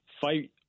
fight